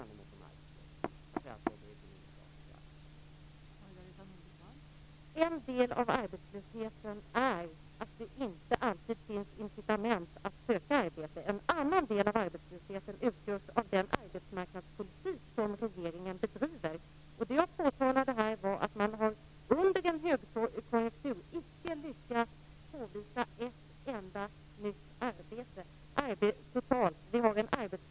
Fru talman! En del av arbetslösheten beror på att det inte alltid finns incitament att söka arbete. En annan del av arbetslösheten beror på den arbetsmarknadspolitik som regeringen bedriver. Det jag påtalade var att man under en högkonjunktur icke har lyckats påvisa ett enda nytt arbete totalt sett.